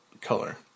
color